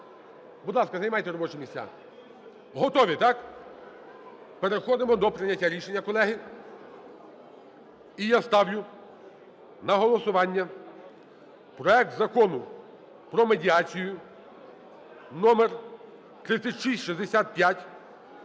Будь ласка, займайте робочі місця. Готові – так? Переходимо до прийняття рішення, колеги. І я ставлю на голосування проект Закону про медіацію (№ 3665)